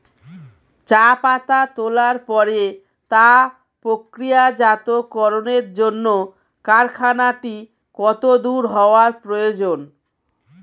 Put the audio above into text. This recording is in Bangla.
চা পাতা তোলার পরে তা প্রক্রিয়াজাতকরণের জন্য কারখানাটি কত দূর হওয়ার প্রয়োজন?